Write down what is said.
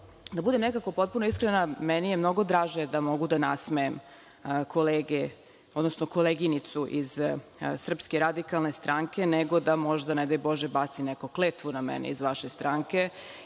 da budem nekako potpuno iskrena, meni je mnogo draže da mogu da nasmejem kolege, odnosno koleginicu iz SRS nego da možda, ne daj Bože, bacim neku kletvu na mene iz vaše stranke